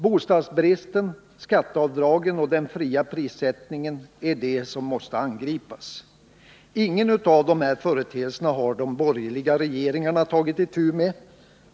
Bostadsbristen, skatteavdragen och den fria prissättningen är det som måste angripas. Ingen av dessa företeelser har de borgerliga regeringarna tagit itu med.